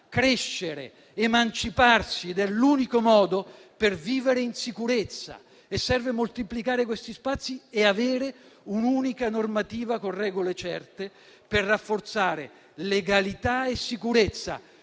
crescere, emanciparsi ed è l'unico modo per vivere in sicurezza. Serve moltiplicare questi spazi e avere un'unica normativa con regole certe per rafforzare legalità e sicurezza,